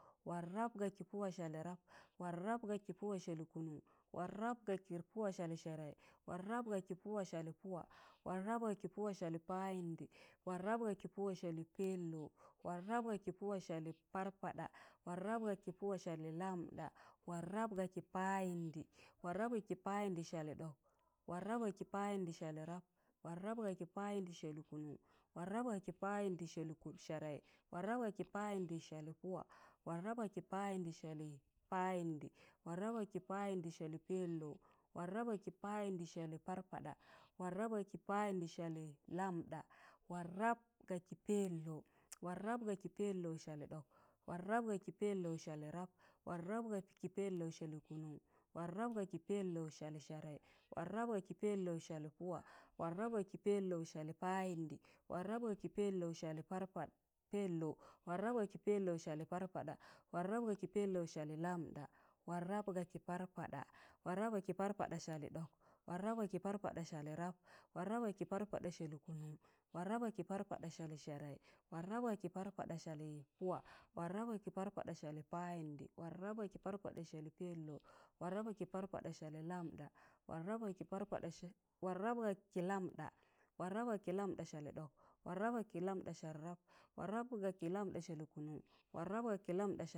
wọn rap ga ki pụwa sali rap. wọn rap ga ki pụwa sali kụụnụṇ. wọn rap ga ki pụwa sali sẹẹrẹi. wọn rap ga ki pụwa sali pụwa. wọn rap ga ki pụwa sali payindi. wọn rap ga ki pụwa sali pẹlou. wọn rap ga ki pụwa sali parpaɗa. wọn rap ga ki pụwa sali lamɗa. wọn rap ga ki payindi. wọn rap ga ki payindi sali ɗọk. wọn rap ga ki payindi sali rap. wọn rap ga ki payindi sali kụụnụṇ. wọn rap ga ki payindi sali sẹẹrẹi. wọn rap ga ki payindi sali pụwa. wọn rap ga ki payindi sali payindi. wọn rap ga ki payindi sali pẹlou. wọn rap ga ki payindi sali parpaɗa. wọn rap ga ki payindi sali lamɗa. wọn rap ga ki pẹlou. wọn rap ga ki pẹlou sali ɗọk. wọn rap ga ki pẹlou sali rap. wọn rap ga ki pẹlou sali kụụnụn,̣wọn rap ga ki pẹlou sali sẹẹrẹi. wọn rap ga ki pẹlou sali pụwa. wọn rap ga ki pẹlou sali payindi. wọn rap ga ki pẹlou sali pẹlou. wọn rap ga ki pẹlou sali parpaɗa. wọn rap ga ki pẹlou sali lamɗa. wọn rap ga ki parpaɗa. wọn rap ga ki parpaɗa sali ɗọk. wọn rap ga ki parpaɗa sali rap. wọn rap ga ki parpada sali kụụnụṇ. wọn rap ga ki parpada sali sẹẹrẹi. wọn rap ga ki parpada sali pụwa. wọn rap ga ki parpada sali payindi. wọn rap ga ki parpada sali pẹlou. wọn rap ga ki parpada sali lamɗa. wọn rap ga ki lamɗa. wọn rap ga ki lamɗa sali ɗ̣ọk. wọn rap ga ki lamɗa sali rap. wọn rap ga ki lamɗa sali kụụnụṇ,